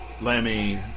Lemmy